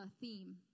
theme